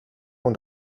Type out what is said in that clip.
und